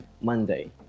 Monday